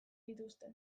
dituzte